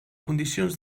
condicions